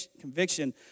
conviction